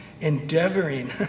endeavoring